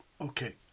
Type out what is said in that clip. Okay